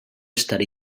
estar